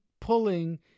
pulling